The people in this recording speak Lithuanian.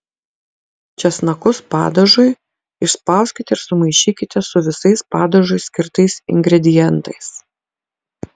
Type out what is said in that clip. česnakus padažui išspauskite ir sumaišykite su visais padažui skirtais ingredientais